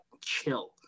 chill